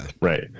Right